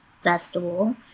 festival